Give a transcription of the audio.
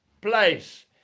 place